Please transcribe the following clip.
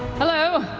hello,